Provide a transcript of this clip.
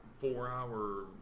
four-hour